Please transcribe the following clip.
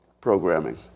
programming